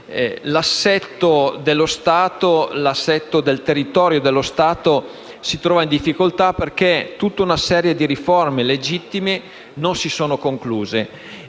effettivamente l'assetto del territorio e dello Stato si trova in difficoltà, perché tutta una serie di riforme legittime non si sono concluse.